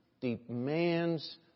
demands